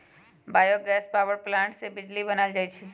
bio gas power plant से बिजली बनाएल जाइ छइ